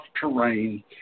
terrain